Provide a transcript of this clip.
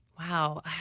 Wow